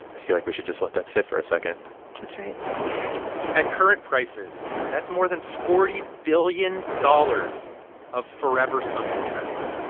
i feel like we should just let that sit for a second that's right at current prices, that's more than forty billion dollars of forever-sunken treasure.